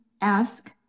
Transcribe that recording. ask